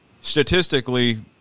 statistically